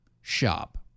shop